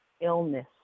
illness